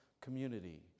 community